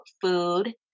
food